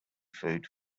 food